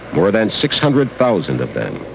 more than six hundred thousand of them.